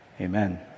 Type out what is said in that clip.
Amen